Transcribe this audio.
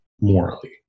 morally